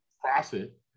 profit